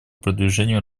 продвижению